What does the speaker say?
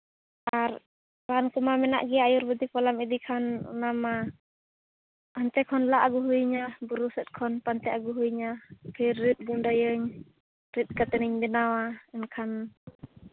ᱟᱨ ᱨᱟᱱ ᱠᱚᱢᱟ ᱢᱮᱱᱟᱜ ᱜᱮᱭᱟ ᱟᱹᱭᱩᱨᱵᱮᱫᱤᱠ ᱵᱟᱞᱟᱢ ᱤᱫᱤ ᱠᱷᱟᱱ ᱚᱱᱟ ᱢᱟ ᱦᱟᱱᱛᱮ ᱞᱟ ᱟᱹᱜᱩ ᱦᱩᱭ ᱤᱧᱟᱹ ᱵᱩᱨᱩ ᱥᱮᱫ ᱠᱷᱚᱱ ᱯᱟᱸᱡᱟ ᱟᱹᱜᱩ ᱦᱩᱭ ᱤᱧᱟᱹ ᱯᱷᱤᱨ ᱨᱤᱫ ᱜᱩᱥᱟᱹᱭᱟᱹᱧ ᱨᱤᱫ ᱠᱟᱛᱮ ᱤᱧ ᱵᱮᱱᱟᱣᱟ ᱮᱱᱠᱷᱟᱱ